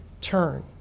turn